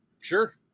Sure